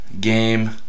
game